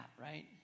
right